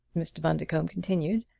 mr. bundercombe continued,